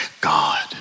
God